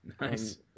Nice